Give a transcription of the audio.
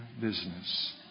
business